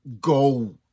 go